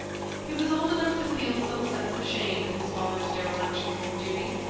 he was old enough to feel some sense of shame at his father's dereliction from duty,